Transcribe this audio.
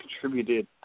contributed